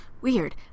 Weird